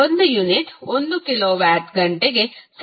1 unit 1 kilowatt ಗಂಟೆಗೆ ಸಮಾನವಾಗಿರುತ್ತದೆ